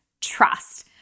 trust